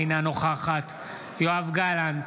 אינה נוכחת יואב גלנט,